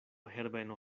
herbeno